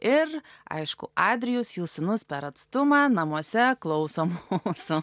ir aišku adrijus jų sūnus per atstumą namuose klauso mūsų